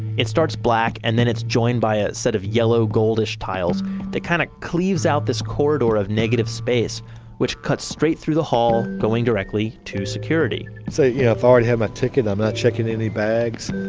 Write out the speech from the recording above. it starts black and then it's joined by a set of yellow gold-ish tiles that kind of cleaves out this corridor of negative space which cuts straight through the hall, going directly to security so, yeah if i ah already have my ticket, i'm not checking any bags.